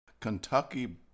Kentucky